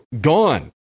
gone